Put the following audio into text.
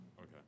Okay